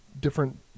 different